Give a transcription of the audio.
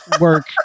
work